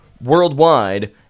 worldwide